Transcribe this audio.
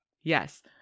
Yes